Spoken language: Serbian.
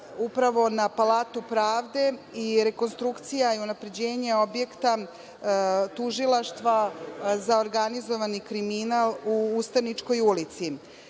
upravo na Palatu pravde i rekonstrukcija i unapređenje objekta Tužilaštva za organizovani kriminal u Ustaničkoj ulici. Ali,